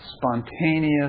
spontaneous